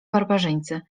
barbarzyńcy